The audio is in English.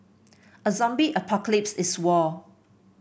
a zombie apocalypse is war